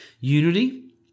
unity